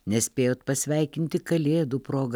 nespėjot pasveikinti kalėdų proga